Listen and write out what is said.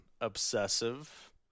obsessive